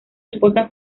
esposa